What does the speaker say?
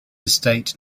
estate